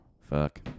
Fuck